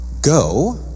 go